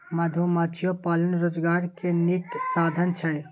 मधुमाछियो पालन रोजगार के नीक साधन छइ